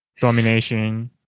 domination